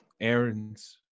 errands